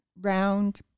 round